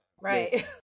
right